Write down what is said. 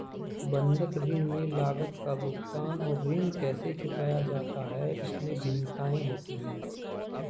बंधक ऋण में लागत का भुगतान और ऋण कैसे चुकाया जाता है, इसमें भिन्नताएं होती हैं